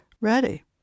ready